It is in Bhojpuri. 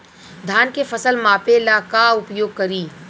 धान के फ़सल मापे ला का उपयोग करी?